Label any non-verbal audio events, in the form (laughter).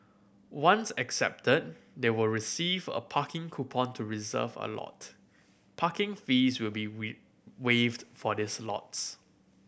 once accepted they will receive a parking coupon to reserve a lot Parking fees will be (unintelligible) waived for these lots